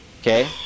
Okay